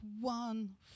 one